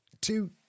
two